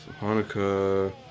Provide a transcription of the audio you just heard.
Hanukkah